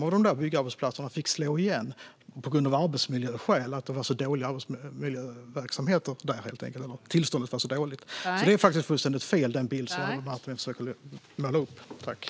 Av de byggarbetsplatserna fick 25 slå igen av arbetsmiljöskäl, för att tillståndet var så dåligt. Den bild Adam Marttinen försöker måla upp är alltså fullständigt fel.